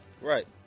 Right